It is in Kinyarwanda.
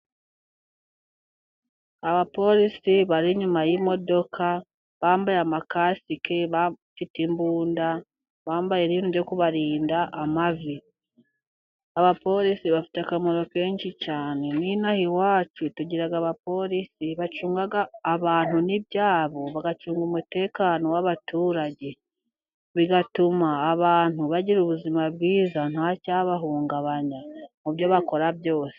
Abapolisi bari inyuma y'imodoka bambaye amakasike, bafite imbunda, bambaye ibintu byo kubarinda amavi, abapolisi bafite akamaro kenshi cyane, n'inaha iwacu tugira abapolisi bacunga abantu n'ibyabo, bagacunga umutekano w'abaturage, bigatuma abantu bagira ubuzima bwiza nta cyabahungabanya mu byo bakora byose.